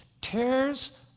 tears